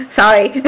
sorry